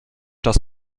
das